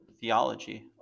theology